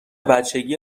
بچگی